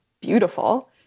beautiful